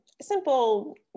simple